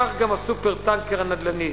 כך גם ה"סופר-טנקר" הנדל"ני,